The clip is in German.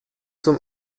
zum